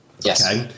yes